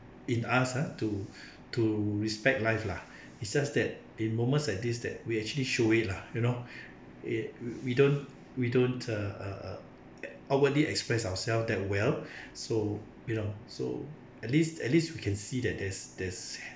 in us ah to to respect life lah it's just that in moments like this that we actually show it lah you know we don't we don't uh uh uh outwardly express ourselves that well so you know so at least at least we can see that there's there's